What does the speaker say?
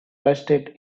trusted